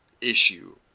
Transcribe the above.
issue